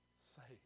saved